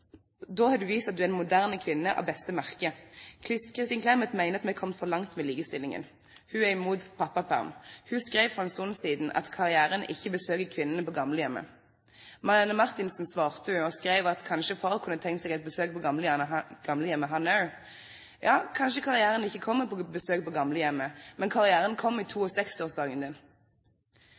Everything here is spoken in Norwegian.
Da har du vist at du er en moderne kvinne av beste merke. Kristin Clemet mener at vi har kommet for langt med likestillingen. Hun er imot pappaperm. Hun skrev for en stund siden at karrieren ikke besøker kvinnene på gamlehjemmet. Marianne Marthinsen svarte henne og skrev at kanskje far kunne tenke seg et besøk på gamlehjemmet, han også. Ja, kanskje karrieren ikke kommer på besøk på gamlehjemmet, men karrieren kommer i